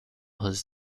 his